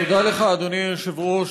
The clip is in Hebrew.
תודה לך, אדוני היושב-ראש.